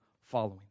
following